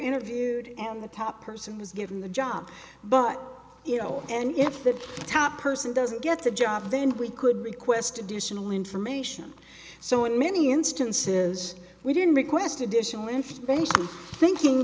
interviewed and the top person was given the job but you know and if the top person doesn't get the job then we could request additional information so in many instances we didn't request additional information thinking